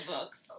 books